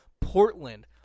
portland